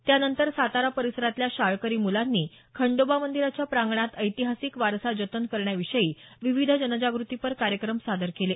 त्यानंतर सातारा परिसरातल्या शाळकरी मुलांनी खंडोबा मंदीराच्या प्रांगणात ऐतिहासिक वारसा जतन करण्याविषयी विविध जनजाग्रतीपर कार्यक्रम सादर केले